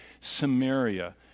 Samaria